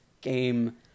game